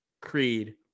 Creed